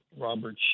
Robert